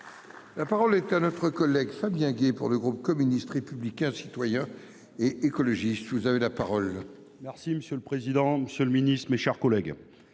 La parole est à notre collègue Fabien Gay pour le groupe communiste, républicain, citoyen et écologiste. Vous avez la parole. Merci monsieur le président, Monsieur le Ministre, mes chers collègues,